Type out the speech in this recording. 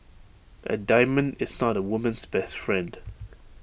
A diamond is not A woman's best friend